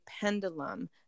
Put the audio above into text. pendulum